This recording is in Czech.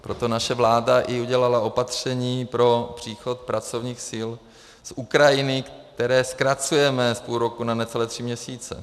Proto naše vláda udělala i opatření pro příchod pracovních sil z Ukrajiny, které zkracujeme z půl roku na necelé tři měsíce.